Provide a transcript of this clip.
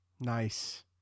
Nice